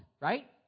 right